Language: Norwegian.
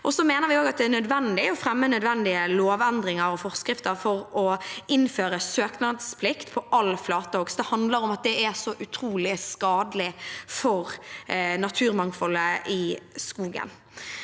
Vi mener også det er nødvendig å fremme nødvendige lovendringer og forskrifter for å innføre søknadsplikt for all flatehogst. Det handler om at det er utrolig skadelig for naturmangfoldet i skogen.